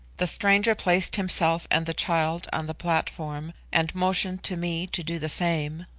the stranger placed himself and the child on the platform, and motioned to me to do the same,